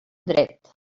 dret